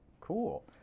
Cool